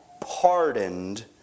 pardoned